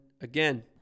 again